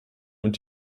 und